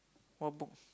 what book